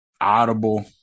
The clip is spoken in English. Audible